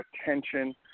attention